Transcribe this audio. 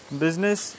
business